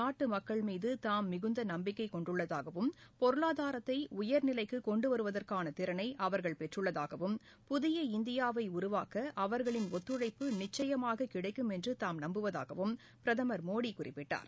நாட்டுமக்கள் மீதுகாம் மிகுந்தநம்பிக்கைகொண்டுள்ளதாகவும் பொருளாதாரத்தைஉயர்நிலைக்கொண்டுவருவதற்கானதிறனைஅவர்கள் பெற்றுள்ளதாகவும் புதிய இந்தியாவைஉருவாக்கஅவர்களின் ஒத்துழைப்பு நிச்சயமாகக் கிடைக்கும் என்றுதாம் நம்புவதாகவும் பிரதமர் மோடிகுறிப்பிட்டார்